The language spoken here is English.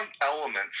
elements